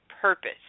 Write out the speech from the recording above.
purpose